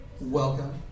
Welcome